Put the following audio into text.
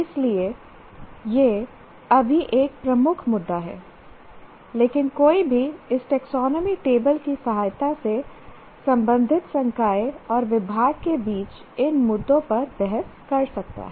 इसलिए यह अभी एक प्रमुख मुद्दा है लेकिन कोई भी इस टेक्सोनोमी टेबल की सहायता से संबंधित संकाय और विभाग के बीच इन मुद्दों पर बहस कर सकता है